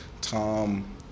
Tom